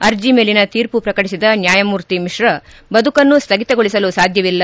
ಅರ್ಜ ಮೇಲಿನ ತೀರ್ಮ ಪ್ರಕಟಿಸಿದ ನ್ಯಾಯಮೂರ್ತಿ ಮಿಶ್ರ ಬದುಕನ್ನು ಸ್ಥಗಿತಗೊಳಿಸಲು ಸಾಧ್ಯವಿಲ್ಲ